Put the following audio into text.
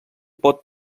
pot